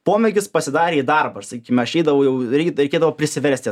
pomėgis pasidarė į darbą ir sakykim aš eidavau jau reik reikėdavo prisiverst jas